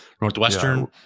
Northwestern